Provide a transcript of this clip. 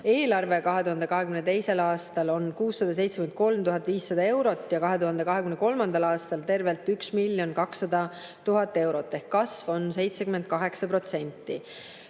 suurus 2022. aastal on 673 500 eurot ja 2023. aastal tervelt 1 200 000 eurot ehk kasv on 78%.